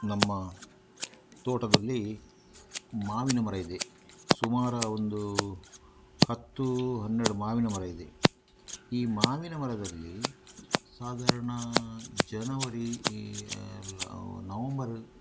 ನಮ್ಮ ತೋಟದಲ್ಲಿ ಮಾವಿನ ಮರ ಇದೆ ಸುಮಾರ ಒಂದೂ ಹತ್ತು ಹನ್ನೆರಡು ಮಾವಿನ ಮರ ಇದೆ ಈ ಮಾವಿನ ಮರದಲ್ಲಿ ಸಾಧಾರಣ ಜನವರಿ ಈ ಅಲ್ಲ ನವಂಬರ್